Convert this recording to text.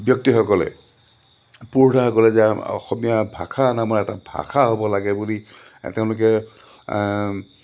ব্যক্তিসকলে পুৰোধাসকলে যে অসমীয়া ভাষা নামৰ এটা ভাষা হ'ব লাগে বুলি তেওঁলোকে